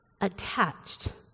attached